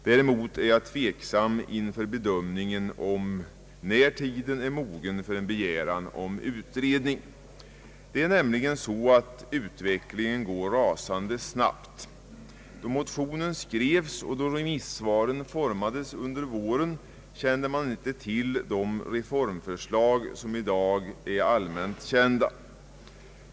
Däremot är jag tveksam inför bedömningen om när tiden är mogen för en begäran om utredning. Utvecklingen går rasande snabbt. Då motionen skrevs och remissvaren utformades under våren kände man inte till de reformförslag som i dag är allmänt kända.